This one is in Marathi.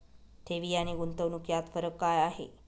ठेवी आणि गुंतवणूक यात फरक काय आहे?